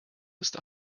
ist